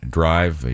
drive